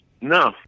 No